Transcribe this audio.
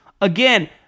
Again